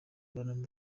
abantu